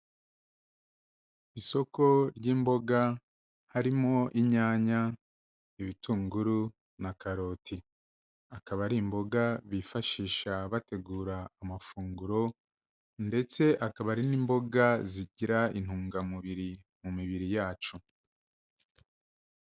Isoko ry'imboga harimo inyanya, ibitunguru na karoti, akaba ari imboga bifashisha bategura amafunguro ndetse akaba ari n'imboga zigira intungamubiri mu mibiri yacu.